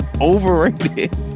overrated